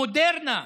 מודרנה.